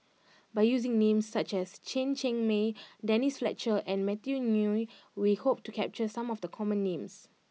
by using names such as Chen Cheng Mei Denise Fletcher and Matthew Ngui we hope to capture some of the common names